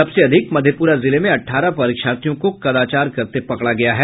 सबसे अधिक मधेपुरा जिले में अठारह परीक्षार्थियों को कदाचार करते पकड़ा गया है